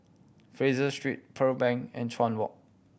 Fraser Street Pearl Bank and Chuan Walk